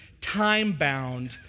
time-bound